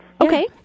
Okay